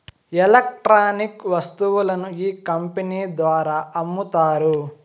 electronic వస్తువులను ఈ company ద్వారా అమ్ముతారు